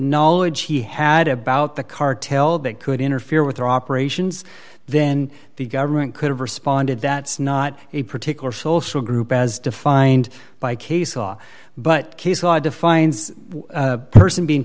knowledge he had about the cartel that could interfere with their operations then the government could have responded that is not a particular social group as defined by case law but case law defines a person being